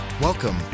Welcome